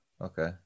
Okay